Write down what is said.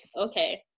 okay